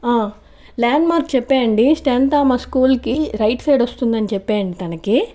land mark చెప్పేయండి జెన్ Thomas స్కూల్కి రైట్ సైడ్ వస్తుందని చెప్పేయండి తనకి